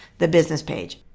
the business page.